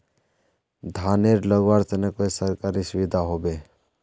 धानेर लगवार तने कोई सरकारी सुविधा होबे?